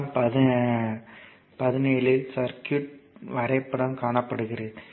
படம் 17 இல் சர்க்யூட் வரைபடம் காணப்படுகிறது